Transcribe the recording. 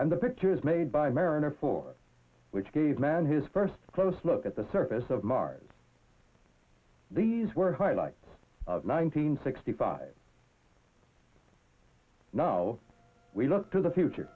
and the pictures made by mariner four which gave man his first close look at the surface of mars these were highlights of nine hundred sixty five now we look to the future